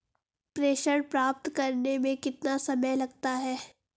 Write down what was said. प्रेषण प्राप्त करने में कितना समय लगता है?